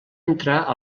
entrar